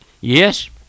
Yes